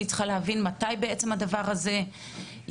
אני צריכה להבין מתי הדבר הזה יעבוד,